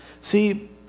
See